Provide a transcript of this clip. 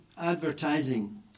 advertising